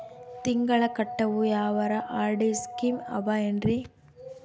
ತಿಂಗಳ ಕಟ್ಟವು ಯಾವರ ಆರ್.ಡಿ ಸ್ಕೀಮ ಆವ ಏನ್ರಿ?